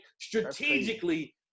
strategically